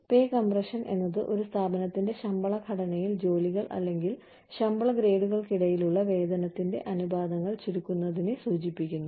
പേ compression എന്നത് ഒരു സ്ഥാപനത്തിന്റെ ശമ്പള ഘടനയിൽ ജോലികൾ അല്ലെങ്കിൽ ശമ്പള ഗ്രേഡുകൾക്കിടയിലുള്ള വേതനത്തിന്റെ അനുപാതങ്ങൾ ചുരുക്കുന്നതിനെ സൂചിപ്പിക്കുന്നു